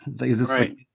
Right